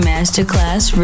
Masterclass